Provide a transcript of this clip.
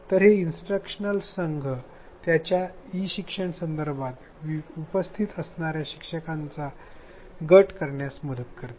तर हे इन्सट्रक्शनल संघ त्यांच्या ई शिक्षण संदर्भात उपस्थित असणाऱ्या शिकणाऱ्यांचा गट करण्यास मदत करते